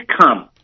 come